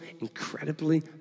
incredibly